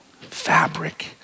fabric